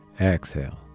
exhale